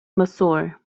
mazur